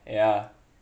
ya